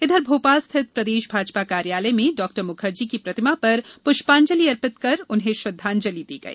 इधर भोपाल स्थित प्रदेश भाजपा कार्यालय में डॉक्टर मुखर्जी की प्रतिमा पर पुष्पांजलि अर्पित कर उन्हें श्रद्वांजलि दी गई